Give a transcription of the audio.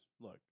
look